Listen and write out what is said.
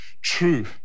true